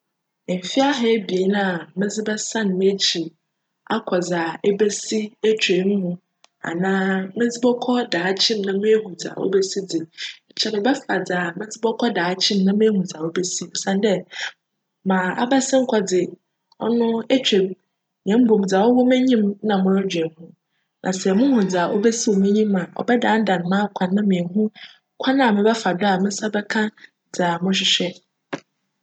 Mfe ahaebien a medze bjsan m'ekyir akc dza ebesi etwa mu anaa medze bckc daakye mu ehu dza obesi dze, nkyj medze bjfa dza medze bckc daakye mu na meehu dza obesi osiandj ma abasin kc dze etwa mu na mbom dza cwc m'enyim na morodwen ho na sj muhu dza cwc m'enyim a cbjdandan m'akwan na meehu kwan a mebjfa do a me nsa bjka dza morohwehwj.